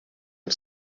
amb